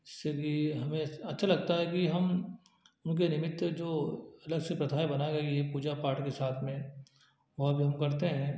इससे भी हमें अच्छा लगता है कि हम उनके निमित्त जो अलग से प्रथाएँ बनाई गई हैं पूजा पाठ के साथ में और वो हम करते हैं